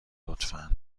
لطفا